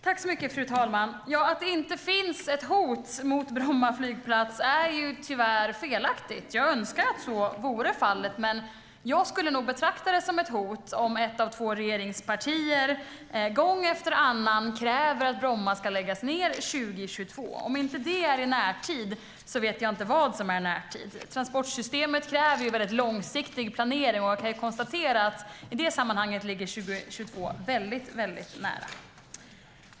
Fru talman! Att det inte finns ett hot mot Bromma flygplats är tyvärr felaktigt. Jag önskar att så vore fallet, men jag skulle kalla det ett hot att ett av två regeringspartier gång efter annan kräver att Bromma ska läggas ned 2022. Om inte det är i närtid vet jag inte vad som är närtid. Transportsystemet kräver långsiktig planering, och man kan konstatera att i det sammanhanget ligger 2022 väldigt nära.